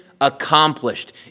Accomplished